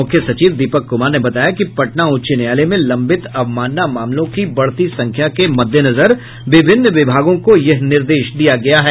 मुख्य सचिव दीपक कुमार ने बताया कि पटना उच्च न्यायालय में लंबित अवमानना मामलों की बढ़ती संख्या के मद्देनजर विभिन्न विभागों को यह निर्देश दिया गया है